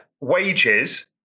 wages